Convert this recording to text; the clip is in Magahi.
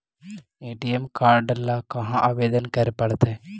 ए.टी.एम काड ल कहा आवेदन करे पड़तै?